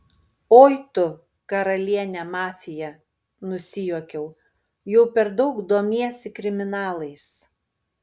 oi tu karaliene mafija nusijuokiau jau per daug domiesi kriminalais